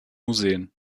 museen